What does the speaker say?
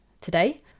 today